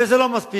וזה לא מספיק.